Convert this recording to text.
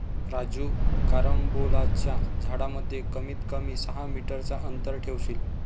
राजू कारंबोलाच्या झाडांमध्ये कमीत कमी सहा मीटर चा अंतर ठेवशील